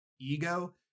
ego